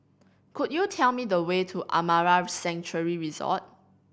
could you tell me the way to Amara Sanctuary Resort